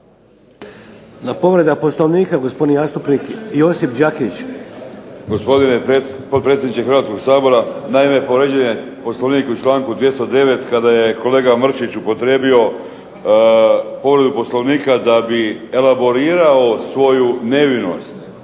Povreda Poslovnika, gospodin zastupnik Josip Đakić. **Đakić, Josip (HDZ)** Gospodine potpredsjedniče Hrvatskog sabora, naime povrijeđen je Poslovnik u članku 209. kada je kolega Mršić upotrijebio povredu Poslovnika da bi elaborirao svoju nevinost.